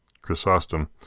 Chrysostom